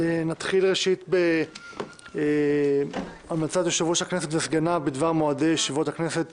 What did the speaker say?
ראשית נתחיל בהמלצת יושב-ראש הכנסת וסגניו בדבר מועדי ישיבות הכנסת